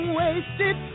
wasted